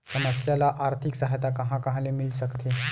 समस्या ल आर्थिक सहायता कहां कहा ले मिल सकथे?